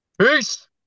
peace